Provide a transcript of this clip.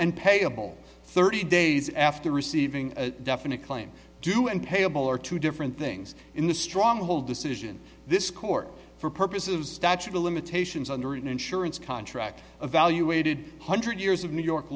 and payable thirty days after receiving a definite claim due and payable are two different things in the stronghold decision this court for purposes of statute of limitations under an insurance contract evaluated hundred years of new york